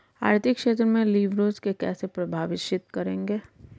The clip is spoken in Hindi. आर्थिक क्षेत्र में लिवरेज को कैसे परिभाषित करेंगे?